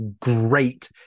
great